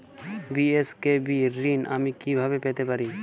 BSKB ঋণ আমি কিভাবে পেতে পারি?